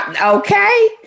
Okay